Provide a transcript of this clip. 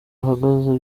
ahagaze